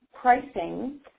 pricing